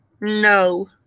no